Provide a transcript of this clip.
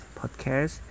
podcast